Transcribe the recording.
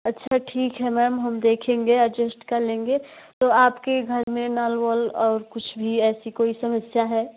अच्छा ठीक है मैम हम देखेंगे अडजेस्ट कर लेंगे तो आपके घर में नल वल और कुछ भी ऐसी कोई समस्या है